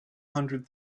hundred